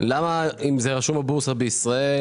למה אם זה רשום בבורסה בישראל